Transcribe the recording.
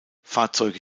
fahrzeuge